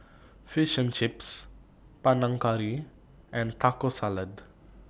Fish and Chips Panang Curry and Taco Salad